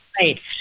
right